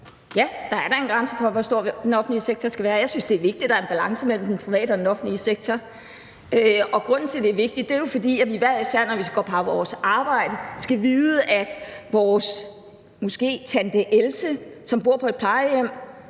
Ja, der er da en grænse for, hvor stor den offentlige sektor skal være. Jeg synes, det er vigtigt, at der er en balance mellem den private og den offentlige sektor, og grunden til, at det er vigtigt, er jo, at vi hver især, når vi går på vores arbejde, skal vide, at vores tante Else, som måske bor på et plejehjem,